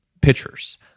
pitchers